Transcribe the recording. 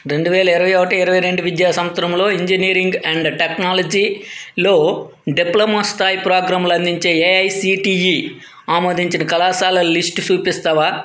రెండు వేల ఇరవై ఒకటి ఇరవై రెండు విద్యా సంవత్సరంలో ఇంజనీరింగ్ అండ్ టెక్నాలజీలో డిప్లొమా స్థాయి ప్రోగ్రాంలు అందించే ఏఐసిటిఈ ఆమోదించిన కళాశాలల లిస్టు చూపిస్తావా